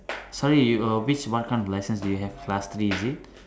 sorry you uh which what kind of lessons do you have last three is it